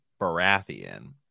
Baratheon